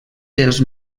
dels